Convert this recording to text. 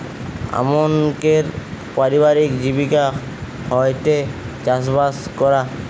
আমানকের পারিবারিক জীবিকা হয়ঠে চাষবাস করা